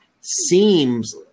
seems